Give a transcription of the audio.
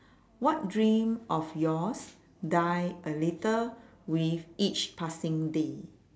what dream of yours die a little with each passing day